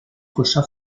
cosa